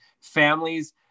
families